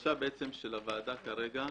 הבקשה של הוועדה כרגע,